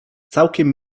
całkiem